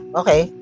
okay